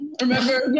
Remember